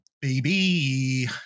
baby